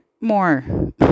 more